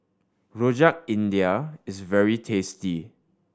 Rojak India is very tasty